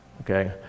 okay